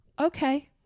Okay